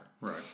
Right